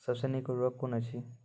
सबसे नीक उर्वरक कून अछि?